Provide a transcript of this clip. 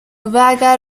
اگر